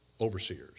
Overseers